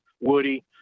Woody